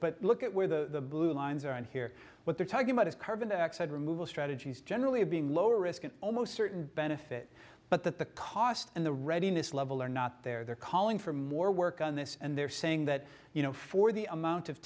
but look at where the blue lines are and here what they're talking about is carbon dioxide removal strategies generally being low risk and almost certain benefit but that the cost and the readiness level are not there they're calling for more work on this and they're saying that you know for the amount of